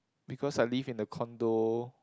because I live in a condo